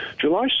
July